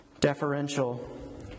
deferential